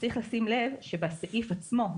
צריך לשים לב שבסעיף עצמו,